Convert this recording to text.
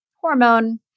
hormone